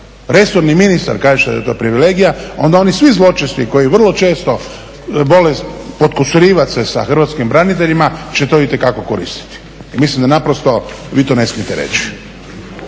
resorni ministar kažete da je to privilegija onda oni svi zločesti koji vrlo često vole potkusurivati se sa hrvatskim braniteljima će to itekako koristiti. I mislim da naprosto vi to ne smijete reći.